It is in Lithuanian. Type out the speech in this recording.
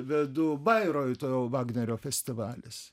vedu bairoito vagnerio festivalis